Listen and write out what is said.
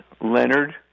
Leonard